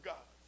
God